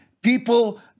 people